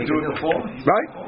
Right